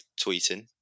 tweeting